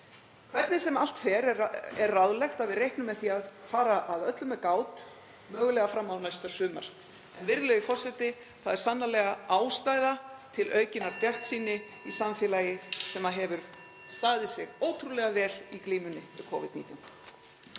Hvernig sem allt fer, er ráðlegt að við reiknum með því að fara að öllu með gát mögulega fram á næsta sumar. Virðulegi forseti. Það er sannarlega ástæða til aukinnar bjartsýni í samfélagi sem hefur staðið sig ótrúlega vel í glímunni við Covid-19.